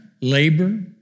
labor